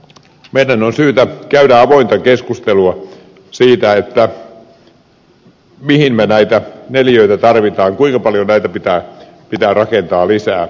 meidän on syytä käydä avointa keskustelua siitä mihin me näitä neliöitä tarvitsemme kuinka paljon näitä pitää rakentaa lisää